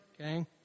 Okay